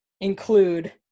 include